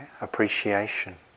appreciation